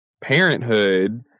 parenthood